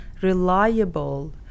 reliable